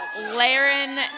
Laren